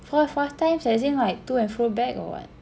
four five times as in like to and fro back or what